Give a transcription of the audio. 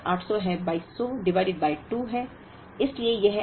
1400 plus 800 है 2200 divided by 2 है